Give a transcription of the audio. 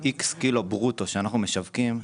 מ-X קילו ברוטו שאנחנו משווקים,